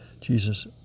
Jesus